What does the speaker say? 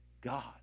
God